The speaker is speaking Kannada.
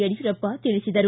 ಯಡಿಯೂರಪ್ಪ ತಿಳಿಸಿದರು